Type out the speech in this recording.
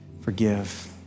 forgive